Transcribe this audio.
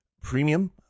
premium